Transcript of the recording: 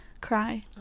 cry